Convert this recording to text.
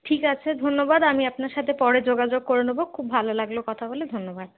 ঠিক আছে ধন্যবাদ আমি আপনার সাথে পরে যোগাযোগ করে নেব খুব ভালো লাগল কথা বলে ধন্যবাদ